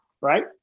right